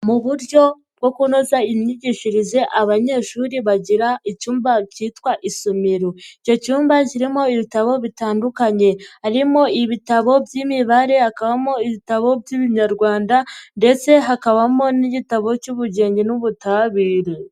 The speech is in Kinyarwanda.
Mu buryo bwo kunoza imyigishirize abanyeshuri bagira icyumba cyitwa isomero, icyo cyumba kirimo ibitabo bitandukanye harimo ibitabo by'imibare, hakabamo ibitabo by'ibinyarwanda ndetse hakabamo n'igitabo cy'ubugenge n'ubutabire.